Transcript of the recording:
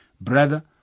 Brother